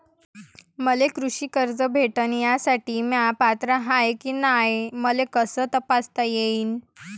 मले कृषी कर्ज भेटन यासाठी म्या पात्र हाय की नाय मले कस तपासता येईन?